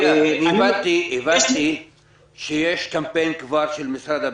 הבנתי שיש קמפיין כבר של משרד הבריאות,